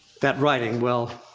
that writing, well.